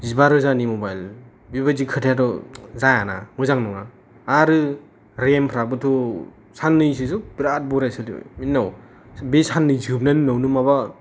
जिबा रोजानि मबाइल बेबादि खोथायाथ' जायाना मोजां नङा आरो रेमफ्राबोथ' साननैसोसो बेराथ बरिया सोलिबाय बेनि उनाव बे साननै जोबनायनि उनावनो माबा